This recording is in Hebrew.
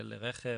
על רכב,